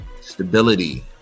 stability